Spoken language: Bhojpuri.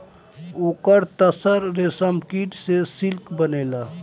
ओकर तसर रेशमकीट से सिल्क बनेला